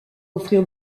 offrir